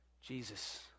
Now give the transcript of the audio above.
Jesus